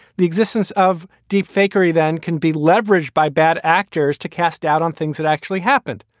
the existence of deep fakery then can be leveraged by bad actors to cast doubt on things that actually happened.